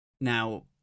Now